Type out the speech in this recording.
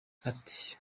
ati